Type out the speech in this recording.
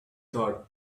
thought